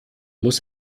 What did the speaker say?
muss